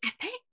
epic